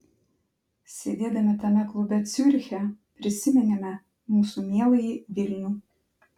sėdėdami tame klube ciuriche prisiminėme mūsų mieląjį vilnių